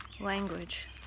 language